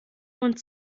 und